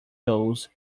those